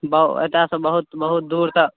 बाउ एतयसँ बहुत बहुत दूर तऽ